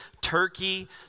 Turkey